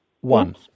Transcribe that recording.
One